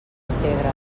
segre